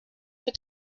für